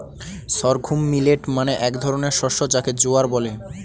sorghum millet মানে এক ধরনের শস্য যাকে জোয়ার বলে